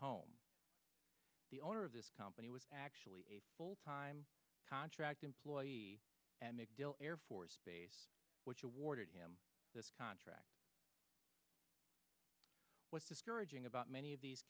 home the owner of this company was actually a full time contract employee and macdill air force base which awarded him this contract was discouraging about many of these